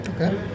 okay